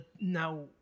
now